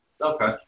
Okay